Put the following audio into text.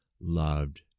loved